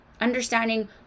understanding